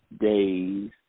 days